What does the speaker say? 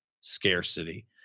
scarcity